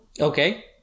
okay